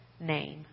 name